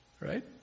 right